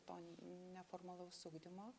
to n neformalaus ugdymo